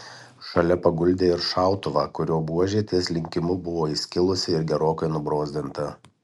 šalia paguldė ir šautuvą kurio buožė ties linkimu buvo įskilusi ir gerokai nubrozdinta